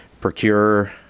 procure